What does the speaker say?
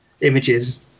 images